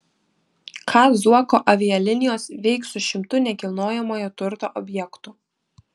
ką zuoko avialinijos veiks su šimtu nekilnojamojo turto objektų